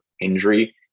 injury